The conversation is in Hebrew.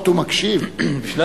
לא חשוב, היא בכל זאת